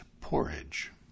Porridge